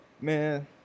Man